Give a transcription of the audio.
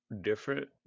different